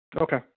Okay